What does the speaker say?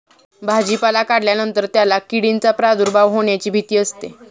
भाजीपाला काढल्यानंतर त्याला किडींचा प्रादुर्भाव होण्याची भीती असते